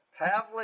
Pavlik